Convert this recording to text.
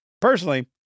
Personally